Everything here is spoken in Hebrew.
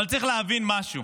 אבל צריך להבין משהו,